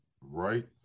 right